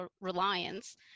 Reliance